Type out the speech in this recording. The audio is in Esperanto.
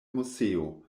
moseo